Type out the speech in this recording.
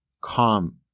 calm